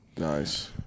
nice